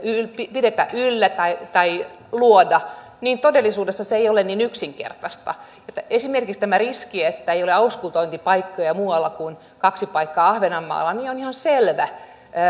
pidetä yllä tai tai luoda niin todellisuudessa se ei ole niin yksinkertaista esimerkiksi tämä riski että ei ole auskultointipaikkoja muualla kuin kaksi paikkaa ahvenanmaalla on ihan selvä